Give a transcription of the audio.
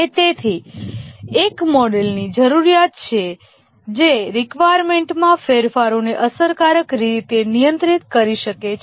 અને તેથી એક મોડેલની જરૂરિયાત છે જે રેકવાયર્મેન્ટમાં ફેરફારોને અસરકારક રીતે નિયંત્રિત કરી શકે છે